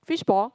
fishball